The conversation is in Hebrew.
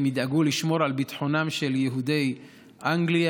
הם ידאגו לשמור על ביטחונם של יהודי אנגליה,